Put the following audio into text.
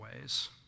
ways